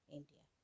India